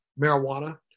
marijuana